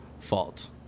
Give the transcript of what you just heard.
fault